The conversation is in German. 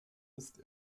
ist